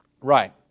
Right